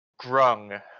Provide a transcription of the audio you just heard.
Grung